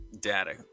data